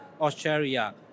Australia